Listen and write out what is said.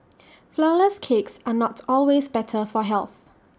Flourless Cakes are not always better for health